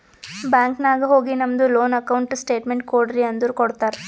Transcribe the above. bank ನಾಗ್ ಹೋಗಿ ನಮ್ದು ಲೋನ್ ಅಕೌಂಟ್ ಸ್ಟೇಟ್ಮೆಂಟ್ ಕೋಡ್ರಿ ಅಂದುರ್ ಕೊಡ್ತಾರ್